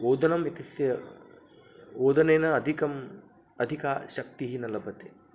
ओदनम् इत्यस्य ओदनेन अधिका अधिका शक्तिः न लभ्यते